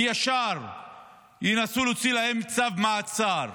כי ישר ינסו להוציא להם צו מעצר.